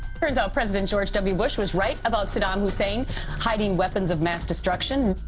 turns out president george w. bush was right about saddam hussein hiding weapons of mass destruction.